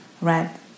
right